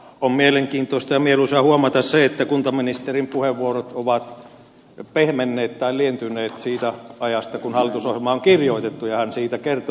on mielenkiintoista ja mieluisaa huomata se että kuntaministerin puheenvuorot ovat pehmenneet tai lientyneet siitä ajasta kun hallitusohjelma on kirjoitettu ja hän siitä kertoi